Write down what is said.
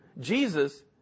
Jesus